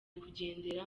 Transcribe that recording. kugendera